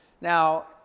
Now